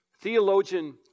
Theologian